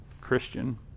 Christian